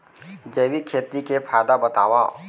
जैविक खेती के फायदा बतावा?